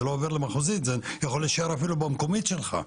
זה לא עובר למחוזית וזה יכול להישאר אפילו במקומית שלך.